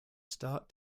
start